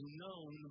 known